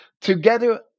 together